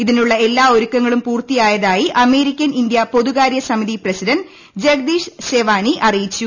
ഇതിനുള്ള എല്ലാ ഒരുക്കങ്ങളും പൂർത്തിയായതായി അർമേരിക്കൻ ഇന്ത്യ പൊതുകാര്യ സമിതി പ്രസിഡന്റ് ജഗദീഷ് സ്ക്വാനി അറിയിച്ചു